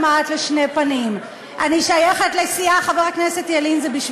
אם מחר חבר הכנסת אראל מרגלית יחליט שיש